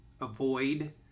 avoid